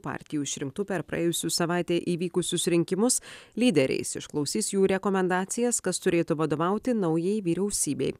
partijų išrinktų per praėjusių savaitę įvykusius rinkimus lyderiais išklausys jų rekomendacijas kas turėtų vadovauti naujai vyriausybei